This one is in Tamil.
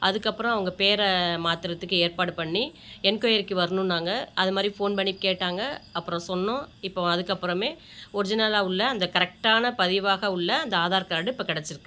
அதுக்கப்புறம் அவங்க பேரை மாற்றுறதுக்கு ஏற்பாடு பண்ணி என்கொயரிக்கு வரணுன்னாங்க அது மாதிரி ஃபோன் பண்ணி கேட்டாங்க அப்புறம் சொன்னோம் இப்போ அதுக்கப்புறமே ஒரிஜினலா உள்ள அந்த கரெக்டான பதிவாக உள்ள அந்த ஆதார் கார்டு இப்போ கிடச்சிருக்கு